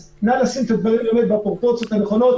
אז נא לשים את הדברים בפרופורציות הנכונות.